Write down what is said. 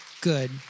good